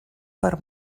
per